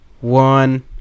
one